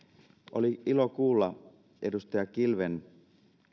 oli ilo kuulla edustaja kilven